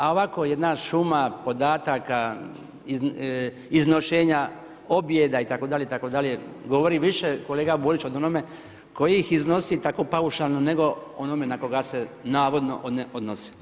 A ovako jedna šuma podataka iznošenja objeda itd., itd. govori više kolega Borić, o onome tko ih iznosi tako paušalno nego onome na koga se navodno ne odnosi.